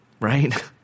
Right